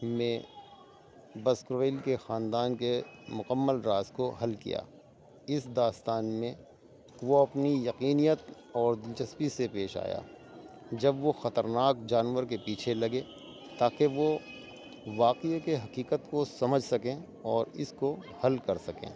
میں باسکرولز کے خاندان کے مکمّل راز کو حل کیا اس داستان میں وہ اپنی یقینیت اور دلچسپی سے پیش آیا جب وہ خطرناک جانور کے پیچھے لگے تا کہ وہ واقعہ کے حقیقت کو سمجھ سکیں اور اس کو حل کر سکیں